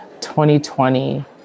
2020